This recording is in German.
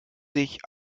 sich